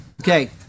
Okay